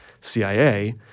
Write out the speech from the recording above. CIA